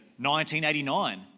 1989